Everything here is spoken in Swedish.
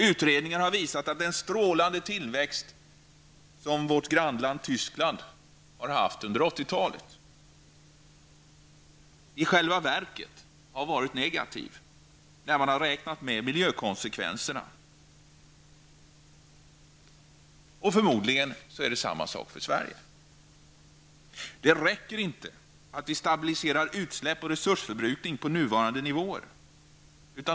Utredningar har visat att den strålande tillväxten i vårt grannland Tyskland under 80-talet i själva verket har varit negativ, när man räknar med miljökonsekvenserna. Förmodligen gäller samma sak för Sverige. Det räcker inte att vi stabiliserar utsläpp och resursförbrukning på nuvarande nivåer.